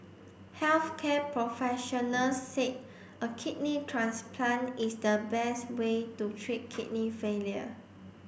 health care professionals said a kidney transplant is the best way to treat kidney failure